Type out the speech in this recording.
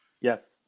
Yes